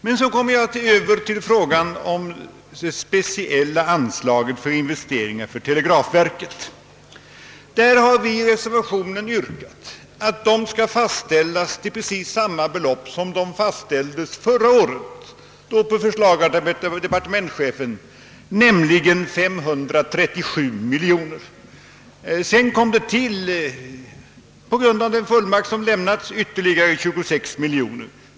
Men så kommer jag över till frågan om det speciella anslaget till investeringar för televerket. Vi har i reservationen yrkat att dessa investeringar skall fastställas till samma belopp som de fastställdes till förra året på förslag av departementschefen, nämligen 537 miljoner kronor. Sedan kom det till, på grund av den fullmakt som lämnats, ytterligare 26 miljoner kronor.